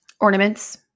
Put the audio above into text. ornaments